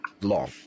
long